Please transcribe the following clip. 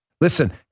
listen